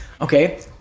Okay